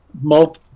multiple